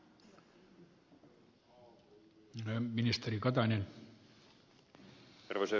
arvoisa puhemies